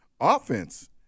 offense